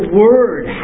word